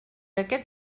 aquest